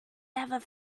never